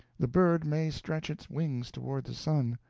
the bird may stretch its wings toward the sun,